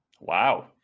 Wow